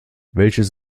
welches